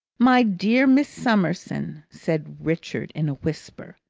my dear miss summerson, said richard in a whisper,